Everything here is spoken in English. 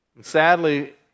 Sadly